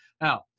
Now